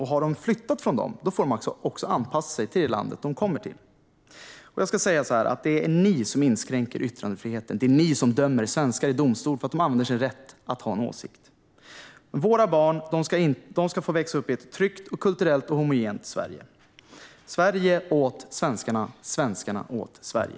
Har de flyttat från dem får de anpassa sig till det land de kommer till. Det är ni som inskränker yttrandefriheten. Det är ni som dömer svenskar i domstol för att de använder sin rätt att ha en åsikt. Våra barn ska få växa upp i ett tryggt och kulturellt homogent Sverige. Sverige åt svenskarna, och svenskarna åt Sverige!